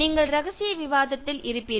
நீங்கள் ரகசிய விவாதத்தில் இருப்பீர்கள்